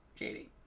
JD